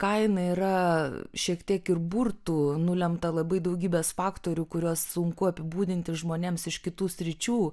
kaina yra šiek tiek ir burtų nulemta labai daugybės faktorių kuriuos sunku apibūdinti žmonėms iš kitų sričių